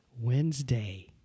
Wednesday